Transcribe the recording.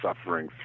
suffering